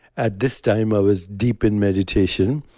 at this time, i was deep in meditation.